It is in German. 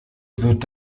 wird